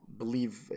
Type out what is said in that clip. believe